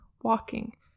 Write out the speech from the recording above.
walking